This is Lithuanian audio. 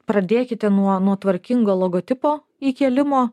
pradėkite nuo nuo tvarkingo logotipo įkėlimo